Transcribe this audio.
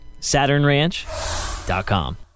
SaturnRanch.com